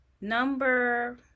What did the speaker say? number